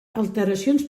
alteracions